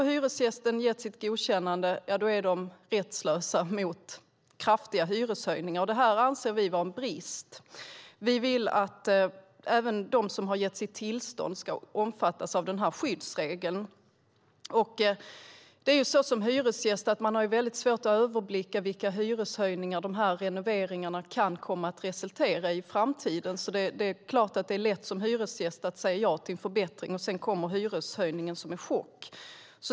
Har hyresgästerna gett sitt godkännande är de rättslösa mot kraftiga hyreshöjningar. Vi anser att det är en brist. Vi vill att även de som har gett sitt tillstånd ska omfattas av den här skyddsregeln. Som hyresgäst har man mycket svårt att överblicka vilka hyreshöjningar de här renoveringarna i framtiden kan komma att resultera i. Det är klart att det är lätt att som hyresgäst säga ja till en förbättring, och sedan kommer hyreshöjningen som en chock.